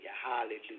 Hallelujah